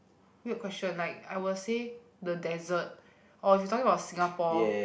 weird question like I will say the desert or if you talking about Singapore